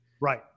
Right